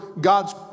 God's